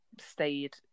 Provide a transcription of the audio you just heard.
stayed